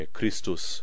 Christus